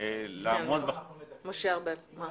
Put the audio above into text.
אם כבר מתקנים,